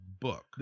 book